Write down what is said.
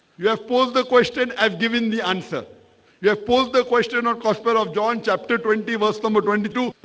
you have posed the question have given the answer you have posed the question or not cause pair of john chapter twenty verse number twenty two,